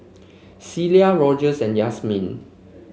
Celia Rogers and Yasmine